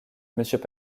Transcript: monsieur